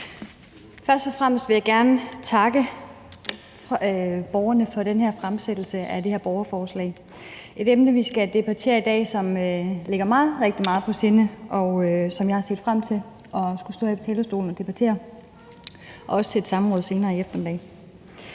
Først og fremmest vil jeg gerne takke borgerne for den her fremsættelse af det her borgerforslag. Det er et emne, vi skal debattere i dag, som ligger mig rigtig meget på sinde, og som jeg har set frem til at skulle stå her på talerstolen og debattere, også i et samråd senere i eftermiddag.